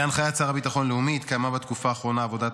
בהנחיית השר לביטחון לאומי התקיימה בתקופה האחרונה עבודת